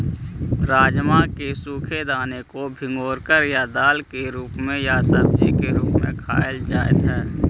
राजमा के सूखे दानों को भिगोकर या दाल के रूप में या सब्जी के रूप में खाईल जा हई